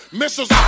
missiles